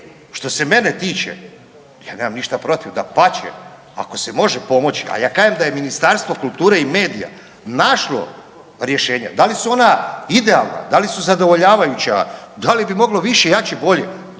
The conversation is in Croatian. što se mene tiče ja nemam ništa protiv, dapače, ako se može pomoći, ali ja kažem da je Ministarstvo kulture i medija našlo rješenja, da li su ona idealna, da li zadovoljavajuća, da li bi moglo više, jače, bolje,